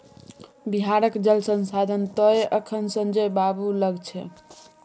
बिहारक जल संसाधन तए अखन संजय बाबू लग छै